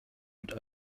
wird